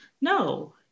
No